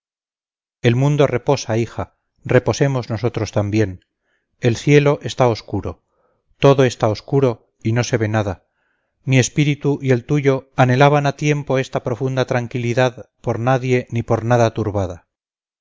el mundo reposa hija reposemos nosotros también el cielo está oscuro todo está oscuro y no se ve nada mi espíritu y el tuyo anhelaban ha tiempo esta profunda tranquilidad por nadie ni por nada turbada